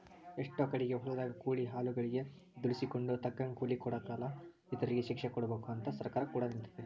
ಎಷ್ಟೊ ಕಡಿಗೆ ಹೊಲದಗ ಕೂಲಿ ಆಳುಗಳಗೆ ದುಡಿಸಿಕೊಂಡು ತಕ್ಕಂಗ ಕೂಲಿ ಕೊಡಕಲ ಇಂತರಿಗೆ ಶಿಕ್ಷೆಕೊಡಬಕು ಅಂತ ಸರ್ಕಾರ ಕೂಡ ನಿಂತಿತೆ